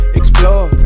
explore